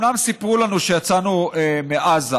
אומנם סיפרו לנו שיצאנו מעזה,